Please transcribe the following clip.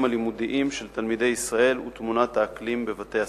הלימודיים של תלמידי ישראל ותמונת האקלים בבתי-הספר.